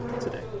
today